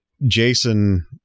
Jason